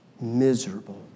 Miserable